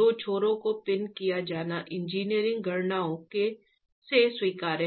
दो छोरों को पिन किया जाना इंजीनियरिंग गणनाओं से स्वीकार्य है